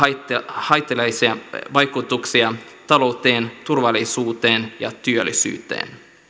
haitallisia vaikutuksia talouteen turvallisuuteen ja työllisyyteen